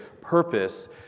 purpose